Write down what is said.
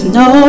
no